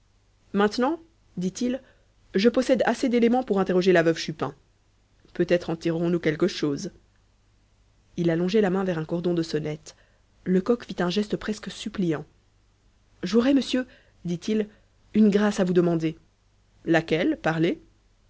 maintenant dit-il je possède assez d'éléments pour interroger la veuve chupin peut-être en tirerons nous quelque chose il allongeait la main vers un cordon de sonnette lecoq fit un geste presque suppliant j'aurais monsieur dit-il une grâce à vous demander laquelle parlez